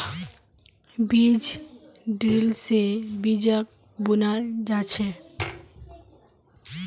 बीज ड्रिल से बीजक बुनाल जा छे